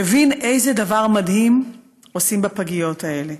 מבין איזה דבר מדהים עושים בפגיות האלה.